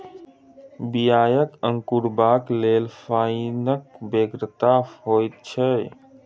बियाक अंकुरयबाक लेल पाइनक बेगरता होइत छै